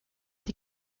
die